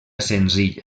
senzilla